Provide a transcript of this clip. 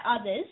others